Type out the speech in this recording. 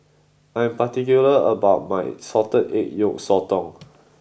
I am particular about my Salted Egg Yolk Sotong